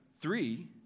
three